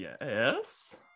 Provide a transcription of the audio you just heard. Yes